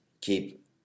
keep –